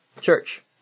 Church